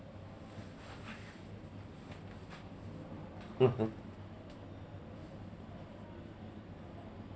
hmm mm